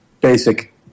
basic